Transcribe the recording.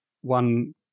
one